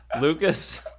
Lucas